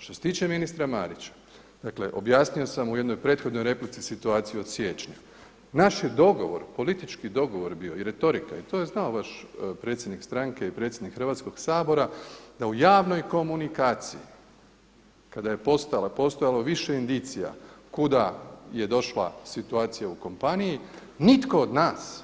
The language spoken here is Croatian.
Što se tiče ministra Marića dakle objasnio sam u jednoj prethodnoj replici situaciju od siječnja, naš je dogovor, politički dogovor bio i retorika i to je znao vaš predsjednik stranke i predsjednik Hrvatskog sabora da u javnoj komunikaciji kada je postojalo više indicija kuda je došla situacija u kompaniji, nitko od nas